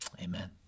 Amen